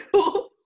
cool